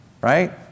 Right